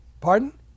pardon